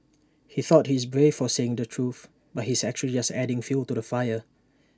he thought he's brave for saying the truth but he's actually just adding fuel to the fire